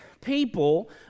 people